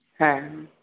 হ্যাঁ